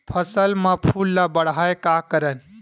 फसल म फूल ल बढ़ाय का करन?